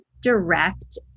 direct